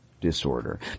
disorder